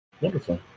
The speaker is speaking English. Wonderful